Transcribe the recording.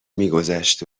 میگذشت